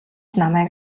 намайг